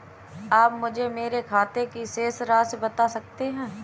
आप मुझे मेरे खाते की शेष राशि बता सकते हैं?